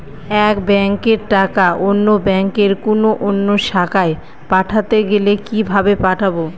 এক ব্যাংকের টাকা অন্য ব্যাংকের কোন অন্য শাখায় পাঠাতে গেলে কিভাবে পাঠাবো?